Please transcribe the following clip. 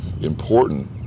important